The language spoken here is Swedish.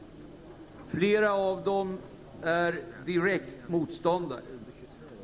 Flera av remissinstanserna är direkt motståndare.